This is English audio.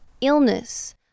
illness